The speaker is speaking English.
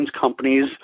companies